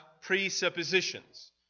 presuppositions